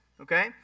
Okay